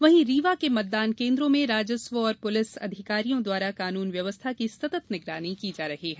वहीं रीवा के मतदान केन्द्रों में राजस्व और पुलिस अधिकारियों द्वारा कानून व्यवस्था की सतत निगरानी की जा रही है